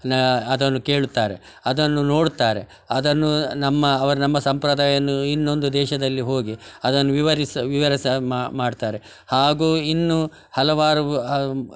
ಅದನ್ನು ಕೇಳುತ್ತಾರೆ ಅದನ್ನು ನೋಡುತ್ತಾರೆ ಅದನ್ನು ನಮ್ಮ ಅವರು ನಮ್ಮ ಸಂಪ್ರದಾಯವನ್ನು ಇನ್ನೊಂದು ದೇಶದಲ್ಲಿ ಹೋಗಿ ಅದನ್ನು ವಿವಿರಸ ವಿವರಸ ಮಾಡ್ತಾರೆ ಹಾಗೂ ಇನ್ನು ಹಲವಾರು